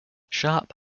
sharpe